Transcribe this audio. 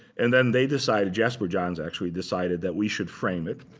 and then they decided jasper johns, actually, decided that we should frame it,